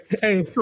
Hey